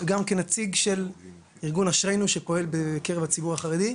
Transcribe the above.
גם כנציג של ארגון אשרנו שפועל בקרב הציבור החרדי.